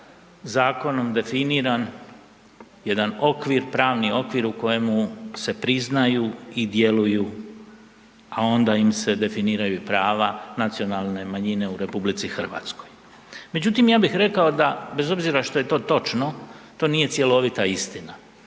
zakonom definiran jedan okvir, pravni okvir u kojemu se priznaju i djeluju a onda im se definiraju i prava nacionalne manjine u RH. Međutim ja bih rekao bez obzira što je to točno, to nije cjelovita istina.